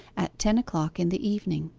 at ten o'clock in the evening.